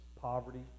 poverty